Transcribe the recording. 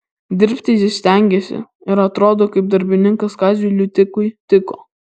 dirbti jis stengėsi ir atrodo kaip darbininkas kaziui liutikui tiko